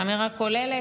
אמירה כוללת.